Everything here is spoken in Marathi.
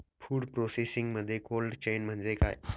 फूड प्रोसेसिंगमध्ये कोल्ड चेन म्हणजे काय?